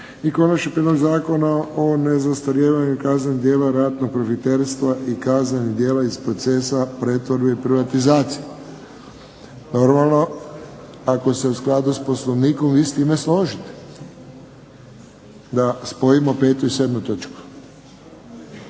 i Konačni prijedlog zakona o nezastarijevanju kaznenih djela ratnog profiterstva i kaznenih djela iz procesa pretvorbe i privatizacije. Normalno, ako se u skladu s Poslovnikom vi s time složite da spojimo 5. i 7. točku.